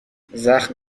زخم